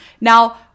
Now